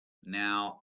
now